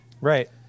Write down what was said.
Right